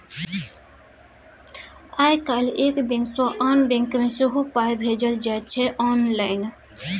आय काल्हि एक बैंक सँ आन बैंक मे सेहो पाय भेजल जाइत छै आँनलाइन